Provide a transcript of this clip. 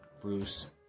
Bruce